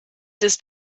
ist